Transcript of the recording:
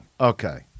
okay